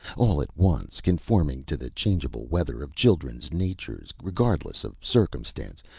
all at once, conforming to the changeable weather of children's natures regardless of circumstance,